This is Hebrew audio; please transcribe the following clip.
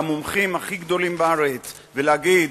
ולמומחים הכי גדולים בארץ להגיד: